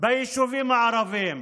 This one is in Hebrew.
ביישובים הערביים.